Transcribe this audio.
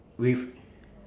with